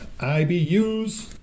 IBUs